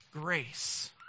Grace